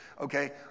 Okay